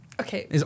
Okay